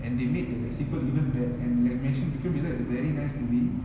and they make like the sequel even bad and like mentioned vikram rathore is a very nice movie